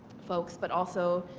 folks but also